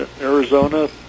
Arizona